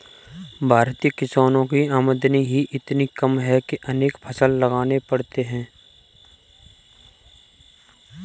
भारतीय किसानों की आमदनी ही इतनी कम है कि अनेक फसल लगाने पड़ते हैं